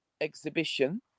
exhibition